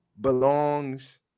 belongs